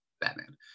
batman